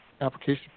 application